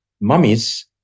mummies